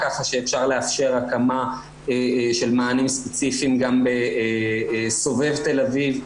כך שאפשר לאפשר הקמה של מענים ספציפיים גם בסובב תל-אביב,